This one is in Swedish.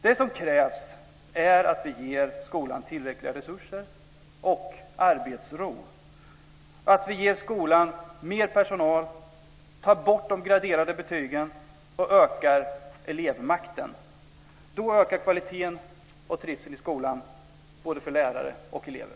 Det som krävs är att vi ger skolan tillräckliga resurser och arbetsro, att vi ger skolan mer personal, tar bort de graderade betygen och ökar elevmakten. Då ökar kvaliteten och trivseln i skolan både för lärare och elever.